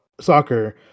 soccer